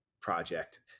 project